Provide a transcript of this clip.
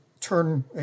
turn